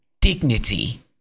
dignity